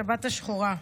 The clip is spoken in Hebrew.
בשבת השחורה.